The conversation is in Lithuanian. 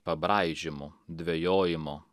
pabraižymų dvejojimo